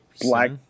Black